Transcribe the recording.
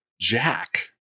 jack